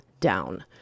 down